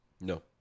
No